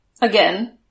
again